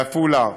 בעפולה,